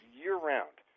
year-round